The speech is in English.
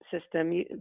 system